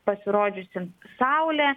pasirodžiusi saulė